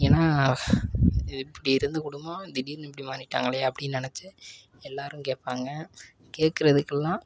ஏன்னால் இப்படி இருந்த குடும்பம் திடீர்னு இப்படி மாறிவிட்டாங்களே அப்படின்னு நெனைச்சி எல்லோரும் கேட்பாங்க கேட்குறதுக்கெல்லாம்